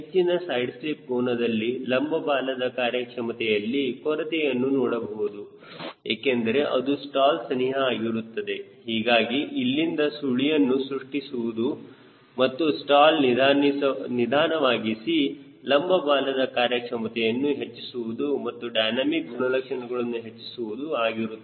ಹೆಚ್ಚಿನ side slip ಕೋನದಲ್ಲಿ ಲಂಬ ಬಾಲದ ಕಾರ್ಯಕ್ಷಮತೆಯಲ್ಲಿ ಕೊರತೆಯನ್ನು ನೋಡಬಹುದು ಏಕೆಂದರೆ ಅದು ಸ್ಟಾಲ್ ಸನಿಹ ಆಗಿರುತ್ತದೆ ಹೀಗಾಗಿ ಇಲ್ಲಿಂದ ಸುಳಿಯನ್ನು ಸೃಷ್ಟಿಸುವುದು ಮತ್ತು ಸ್ಟಾಲ್ ನಿಧಾನವಾಗಿಸಿ ಲಂಬ ಬಾಲದ ಕಾರ್ಯಕ್ಷಮತೆಯನ್ನು ಹೆಚ್ಚಿಸುವುದು ಮತ್ತು ಡೈನಮಿಕ್ ಗುಣಲಕ್ಷಣಗಳನ್ನು ಹೆಚ್ಚಿಸುವುದು ಆಗಿರುತ್ತದೆ